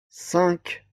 cinq